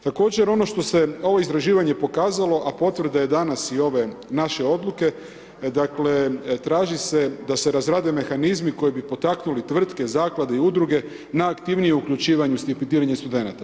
Također ono što je ovo istraživanje pokazalo a potvrda je danas i ove naše odluke, dakle traži se da se razrade mehanizmi koji bi potaknuli tvrtke, zaklade i udruge na aktivnije uključivanje stipendiranja studenata.